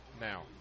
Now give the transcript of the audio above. now